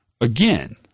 again